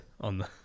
on